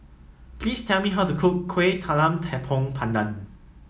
please tell me how to cook Kuih Talam Tepong Pandan